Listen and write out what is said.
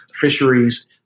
fisheries